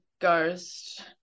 ghost